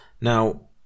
Now